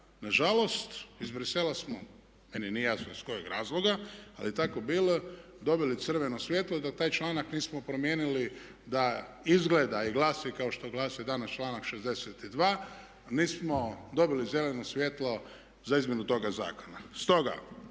Nažalost iz Brisela smo, meni nije jasno iz kojeg razloga ali je tako bilo dobili crveno svjetlo i da taj članak nismo promijenili da izgleda i glasi kao što glasi danas članak 62. nismo dobili zeleno svjetlo za izmjenu toga zakona.